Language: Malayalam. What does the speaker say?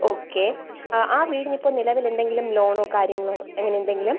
ഓക്കെ ആ ആ വീടിന് ഇപ്പം നിലവിൽ എന്തെങ്കിലും ലോണോ കാര്യങ്ങളൊ അങ്ങനെ എന്തെങ്കിലും